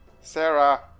Sarah